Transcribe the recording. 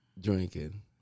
drinking